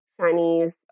Chinese